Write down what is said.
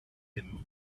him